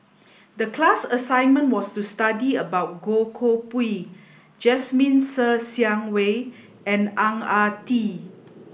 the class assignment was to study about Goh Koh Pui Jasmine Ser Xiang Wei and Ang Ah Tee